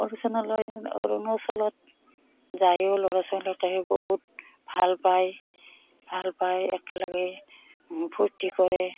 অৰুচলালৈ অৰুণাচলত যায়ো ল'ৰা ছোৱালীকেহে বহুত ভাল পায় ভাল পায় একেলগে ফূৰ্তি কৰে